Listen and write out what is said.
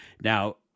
Now